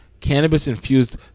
cannabis-infused